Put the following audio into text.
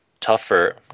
tougher